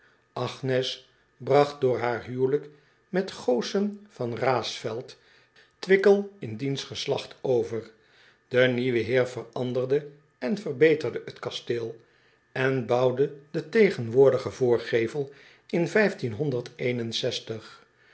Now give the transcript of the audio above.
bragt door haar huwelijk met oossen van aesfelt wickel in diens geslacht over e nieuwe eer veranderde en verbeterde het kasteel en bouwde den tegenwoordigen voorgevel in